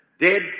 dead